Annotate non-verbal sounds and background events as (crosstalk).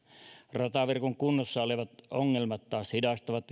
rataverkon kunnossa olevat ongelmat taas hidastavat (unintelligible)